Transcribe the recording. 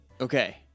Okay